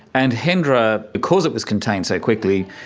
and hendra, because it was contained so quickly,